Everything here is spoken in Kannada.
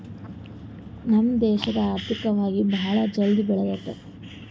ನಮ್ ದೇಶ ಆರ್ಥಿಕವಾಗಿ ಭಾಳ ಜಲ್ದಿ ಬೆಳಿಲತ್ತದ್